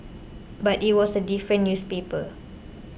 but it was a different newspaper